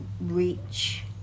reach